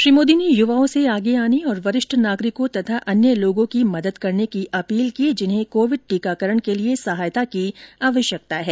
श्री मोदी ने युवाओं से आगे आने और वरिष्ठ नागरिकों और अन्य लोगों की मदद करने की अपील की जिन्हें कोविड टीकाकरण के लिए सहायता की आवश्यकता है